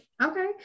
Okay